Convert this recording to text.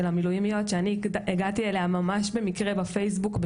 המילואימיות שאני הגעתי אליה ממש במקרה בפייסבוק,